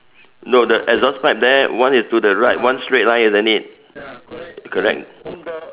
no the exhaust pipe there one is to the right one straight line isn't it correct